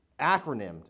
Acronymed